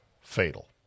fatal